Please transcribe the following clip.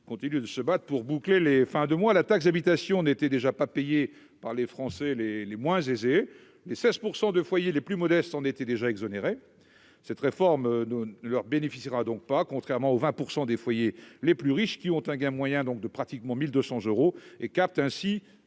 continuent de se battre pour boucler les fins de mois. La taxe d'habitation n'était déjà pas payée par les Français les moins aisés : les 16 % de foyers les plus modestes en étaient exonérés. Cette réforme ne leur profitera donc pas, contrairement aux 20 % de foyers les plus riches, qui gagneront en moyenne 1 158 euros et capteront